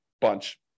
bunch